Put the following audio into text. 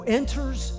enters